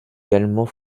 également